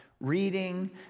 reading